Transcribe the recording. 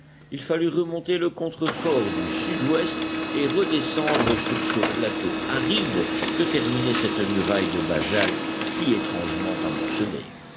il fallut remonter le contrefort du sud-ouest et redescendre sur ce plateau aride que terminait cette muraille de basaltes si étrangement amoncelés